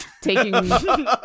taking